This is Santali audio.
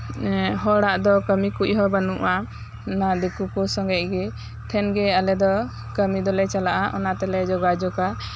ᱦᱚᱲᱟᱜ ᱫᱚ ᱠᱟᱹᱢᱤ ᱠᱚᱦᱚᱸ ᱵᱟᱹᱱᱩᱜᱼᱟ ᱚᱱᱟ ᱫᱤᱠᱩ ᱠᱚ ᱥᱚᱝᱜᱮᱡ ᱜᱮ ᱴᱷᱮᱱᱜᱮ ᱟᱞᱮ ᱫᱚ ᱠᱟᱹᱢᱤ ᱫᱚᱞᱮ ᱪᱟᱞᱟᱜᱼᱟ ᱚᱱᱟ ᱛᱮᱞᱮ ᱡᱳᱜᱟᱡᱳᱜᱟ